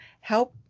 help